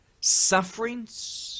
sufferings